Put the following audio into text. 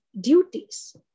duties